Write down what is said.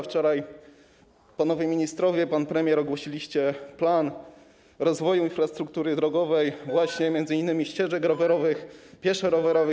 Wczoraj panowie ministrowie, pan premier ogłosili plan rozwoju infrastruktury drogowej, m.in. ścieżek rowerowych, pieszo-rowerowych.